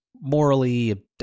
morally